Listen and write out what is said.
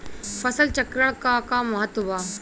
फसल चक्रण क का महत्त्व बा?